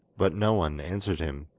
but no one answered him.